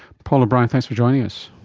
paul o'brien, thanks for joining us.